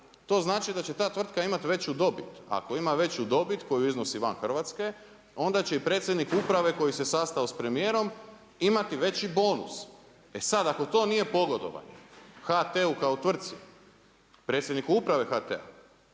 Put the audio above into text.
to znači da će ta tvrtka imati veću dobit, a ako ima veću dobit koju iznosi van Hrvatske onda će i predsjednik uprave koji se sastao sa premijerom imati veći bonus. E sada ako to nije pogodovanje HT-u kao tvrci, predsjedniku uprave HT-a